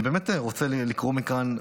אני באמת רוצה לקרוא מכאן,